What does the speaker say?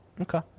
okay